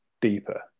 deeper